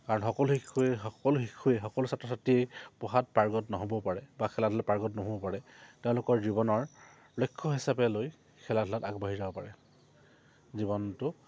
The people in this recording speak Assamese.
কাৰণ সকলো শিশুৱে সকলো শিশুৱে সকলো ছাত্ৰ ছাত্ৰী পঢ়াত পাৰ্গত নহ'বও পাৰে বা খেলা ধূলা পাৰ্গত নহ'বও পাৰে তেওঁলোকৰ জীৱনৰ লক্ষ্য হিচাপে লৈ খেলা ধূলাত আগবাঢ়ি যাব পাৰে জীৱনটো